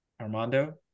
Armando